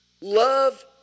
Love